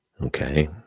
Okay